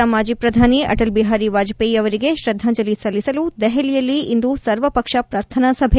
ದಿವಂಗತ ಮಾಜಿ ಪ್ರಧಾನಿ ಅಟಲ್ ಬಿಹಾರಿ ವಾಜಷೇಯಿ ಅವರಿಗೆ ಶ್ರದ್ದಾಂಜಲಿ ಸಲ್ಲಿಸಲು ದೆಹಲಿಯಲ್ಲಿ ಇಂದು ಸರ್ವ ಪಕ್ಷ ಪ್ರಾರ್ಥನಾ ಸಭೆ